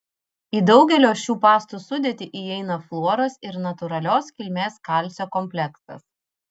į daugelio šių pastų sudėtį įeina fluoras ir natūralios kilmės kalcio kompleksas